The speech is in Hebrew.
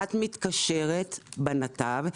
כשאת מתקשרת בנתב,